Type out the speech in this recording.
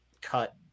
cut